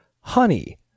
Honey